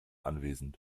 anwesend